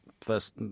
First